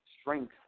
strength